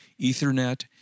Ethernet